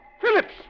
Phillips